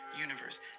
universe